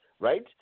right